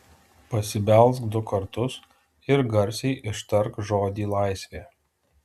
pasibelsk du kartus ir garsiai ištark žodį laisvė